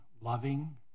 loving